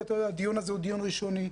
הדיון הזה הוא דיון ראשוני.